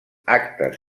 actes